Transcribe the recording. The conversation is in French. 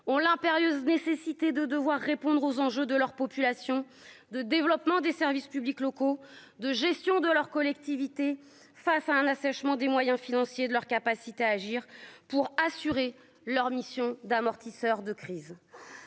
ont l'impérieuse nécessité de devoir répondre aux enjeux de leur population de développement des services publics locaux de gestion de leurs collectivités face à un assèchement des moyens financiers de leur capacité à agir pour assurer leur mission d'amortisseurs de crise